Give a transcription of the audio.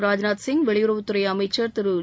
ராஜ்நாத் சிங் வெளியுறவுத்துறை அமைச்சர் திரு எஸ்